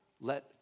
let